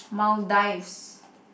Maldives